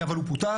אבל הוא פותח,